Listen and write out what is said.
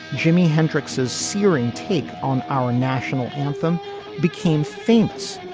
jimi hendrix's searing take on our national anthem became famous.